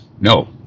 No